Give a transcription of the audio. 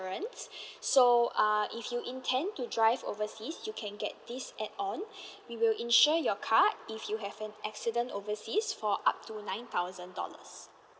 ~ance so uh if you intend to drive overseas you can get this add on we will insure your car if you have an accident overseas for up to nine thousand dollars